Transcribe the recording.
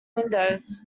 windows